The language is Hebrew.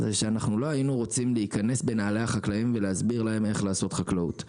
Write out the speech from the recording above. לא היינו רוצים להיכנס בנעלי החקלאים ולהסביר להם איך לעשות חקלאות.